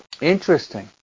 interesting